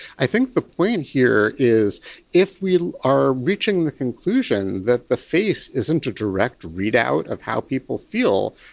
i think the point here is if we are reaching the conclusion that the face isn't a direct readout of how people feel,